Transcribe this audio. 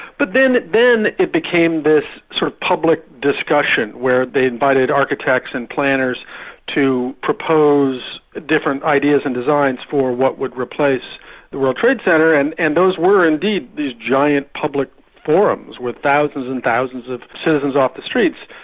but then it then it became this sort of public discussion where they invited architects and planners to propose different ideas and designs for what would replace the world trade center, and and those were indeed these giant public forums with thousands and thousands of citizens off the streets,